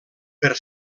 per